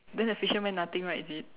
then the fishermen nothing right is it